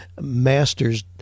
master's